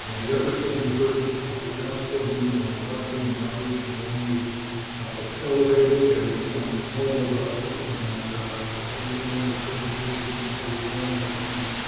the efforts that you heard last board meeting around marketing and outreach have only accelerated and become more robust. and we don't have a presentation for you tonight on those things.